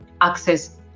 access